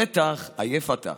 בטח עייף אתה.